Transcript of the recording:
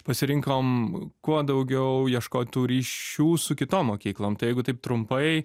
pasirinkom kuo daugiau ieškot tų ryšių su kitom mokyklom tai jeigu taip trumpai